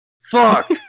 Fuck